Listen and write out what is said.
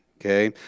Okay